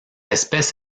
espèce